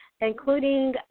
including